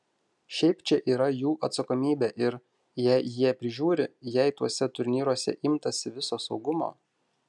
šiaip čia yra jų atsakomybė ir jei jie prižiūri jei tuose turnyruose imtasi viso saugumo